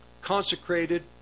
consecrated